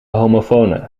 homofonen